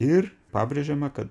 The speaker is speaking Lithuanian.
ir pabrėžiama kad